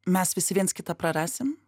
mes visi viens kitą prarasim